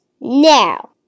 Now